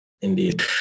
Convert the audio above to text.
Indeed